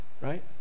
right